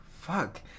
fuck